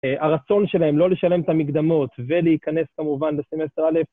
הרצון שלהם לא לשלם את המקדמות ולהיכנס כמובן לסמסטר אלף